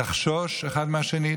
לחשוש האחד מהשני,